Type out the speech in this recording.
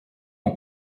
mon